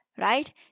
right